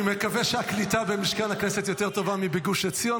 אני מקווה שהקליטה במשכן הכנסת יותר טובה מגוש עציון,